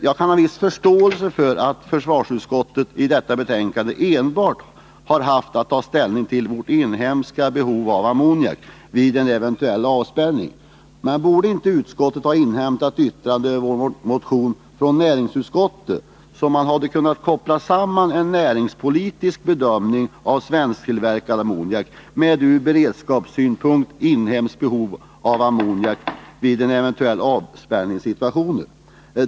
Jag kan ha en viss förståelse för att försvarsutskottet i detta betänkande enbart har tagit ställning till vårt inhemska behov av ammoniak vid en eventuell avspärrning. Men borde inte utskottet ha inhämtat yttrande över vår motion från näringsutskottet, så att man hade kunnat koppla samman en näringspolitisk bedömning av svensktillverkad ammoniak med ur beredskapssynpunkt inhemskt behov av ammoniak i en eventuell avspärrningssituation?